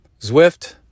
Zwift